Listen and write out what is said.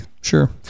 sure